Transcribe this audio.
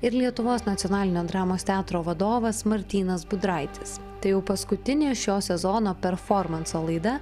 ir lietuvos nacionalinio dramos teatro vadovas martynas budraitis tai jau paskutinė šio sezono performanso laida